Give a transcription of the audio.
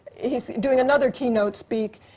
he's doing another keynote speak,